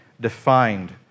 defined